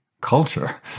Culture